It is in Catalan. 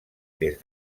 des